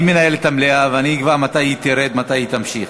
אני מנהל את המליאה ואני אקבע מתי היא תרד ומתי היא תמשיך.